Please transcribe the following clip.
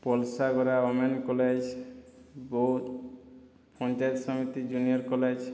Palashagora women's college Baudh panchayat ସମିତି junior college